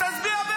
אז תגיע לסיכום.